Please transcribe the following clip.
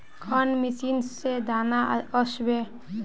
कौन मशीन से दाना ओसबे?